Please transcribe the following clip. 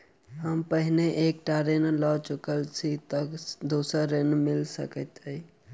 हम पहिने एक टा ऋण लअ चुकल छी तऽ दोसर ऋण मिल सकैत अई?